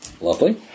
Lovely